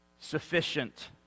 sufficient